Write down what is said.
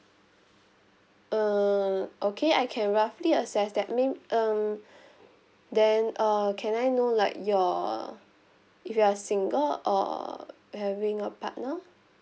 uh okay I can roughly assess that mean um then uh can I know like your if you are single or having a partner